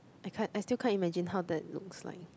I can't I still can't imagine how that looks like